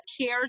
care